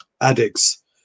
addicts